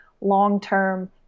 long-term